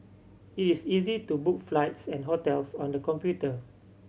it is easy to book flights and hotels on the computer